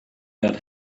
that